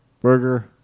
Burger